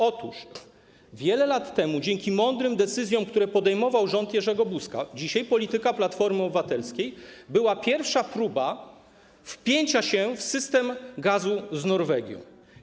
Otóż wiele lat temu, dzięki mądrym decyzjom, które podejmował rząd Jerzego Buzka, dzisiaj polityka Platformy Obywatelskiej, była pierwsza próba wpięcia się w system gazu z Norwegii.